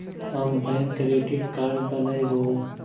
हम bank credit card बनैवो?